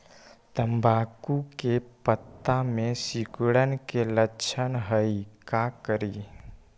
तम्बाकू के पत्ता में सिकुड़न के लक्षण हई का करी?